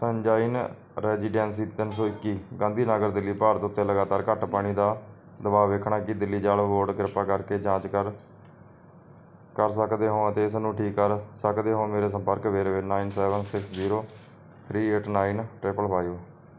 sunshine residency ਤਿੰਨ ਸੌ ਇੱਕੀ ਗਾਂਧੀ ਨਗਰ ਦਿੱਲੀ ਭਾਰਤ ਉੱਤੇ ਲਗਾਤਾਰ ਘੱਟ ਪਾਣੀ ਦਾ ਦਬਾਅ ਵੇਖਣਾ ਕੀ ਦਿੱਲੀ ਜਲ ਬੋਰਡ ਕਿਰਪਾ ਕਰਕੇ ਜਾਂਚ ਕਰ ਕਰ ਸਕਦੇ ਹੋ ਅਤੇ ਇਸ ਨੂੰ ਠੀਕ ਕਰ ਸਕਦੇ ਹੋ ਮੇਰੇ ਸੰਪਰਕ ਵੇਰਵੇ nine seven six zero three eight nine triple five